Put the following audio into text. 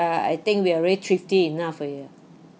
uh I think we're very thrifty enough already ah